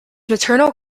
maternal